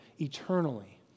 eternally